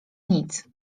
nic